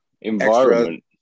environment